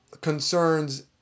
Concerns